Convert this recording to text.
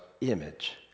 image